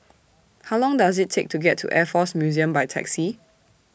How Long Does IT Take to get to Air Force Museum By Taxi